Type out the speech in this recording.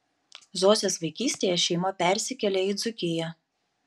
zosės vaikystėje šeima persikėlė į dzūkiją